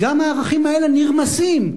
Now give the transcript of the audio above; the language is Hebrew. גם הערכים האלה נרמסים.